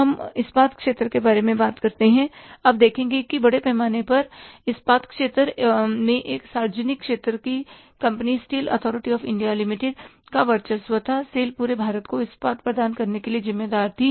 हम इस्पात क्षेत्र के बारे में बात करते हैं अब देखें कि बड़े पैमाने पर इस्पात क्षेत्र में एक सार्वजनिक क्षेत्र की company steel authority of India limited का वर्चस्व था सेल पूरे राष्ट्र को इस्पात प्रदान करने के लिए जिम्मेदार थी